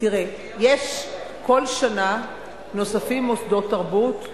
תראה, כל שנה נוספים מוסדות תרבות,